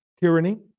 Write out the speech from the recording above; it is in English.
tyranny